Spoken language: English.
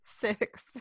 Six